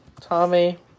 Tommy